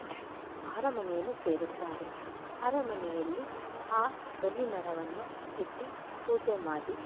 ಅರಮನೆಯನ್ನು ಸೇರುತ್ತಾರೆ ಅರಮನೆಯಲ್ಲಿ ಆ ಬನ್ನಿ ಮರವನ್ನು ಇಟ್ಟು ಪೂಜೆ ಮಾಡಿ